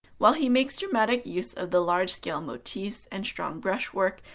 while he makes dramatic use of the large-scale motifs and strong brushwork,